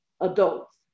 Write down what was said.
adults